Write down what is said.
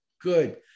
good